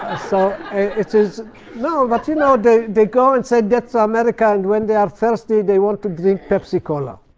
ah so it is but you know they they go and say, death to america. and when they are thirsty, they want to drink pepsi cola.